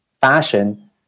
fashion